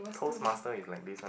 toast master is like this one